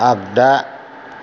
आग्दा